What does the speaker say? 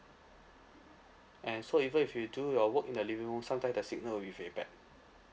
and so even if you do your work in the living room sometime the signal will be very bad